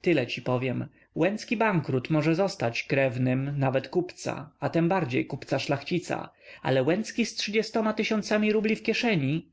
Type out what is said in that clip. tyle ci powiem łęcki bankrut może zostać krewnym nawet kupca a tem bardziej kupca-szlachcica ale łęcki z trzydziestoma tysiącami rubli w kieszeni